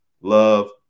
love